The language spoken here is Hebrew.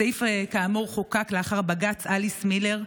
הסעיף האמור חוקק לאחר בג"ץ אליס מילר,